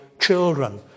children